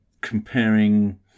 comparing